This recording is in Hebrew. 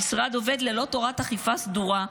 המשרד עובד ללא תורת אכיפה סדורה,